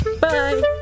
Bye